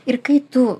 ir kai tu